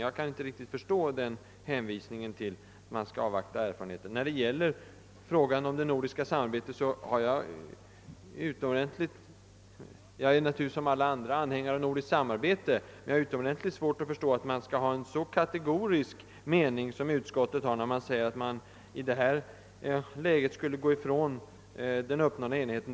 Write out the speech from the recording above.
Jag är naturligtvis som alla andra anhängare av nordiskt samarbete, men jag har utomordentligt svårt att förstå, att man behöver ha en så kategorisk uppfattning som första lagutskottet, som uttalar, att det icke kan komma i fråga att man i detta läge skulle frångå den uppnådda enigheten.